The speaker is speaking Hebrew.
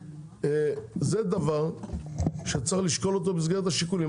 זה דבר שצריך לשקול אותו במסגרת השיקולים,